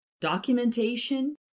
documentation